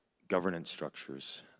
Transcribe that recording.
governance structures,